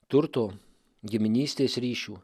turto giminystės ryšių